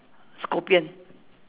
scorpion